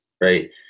right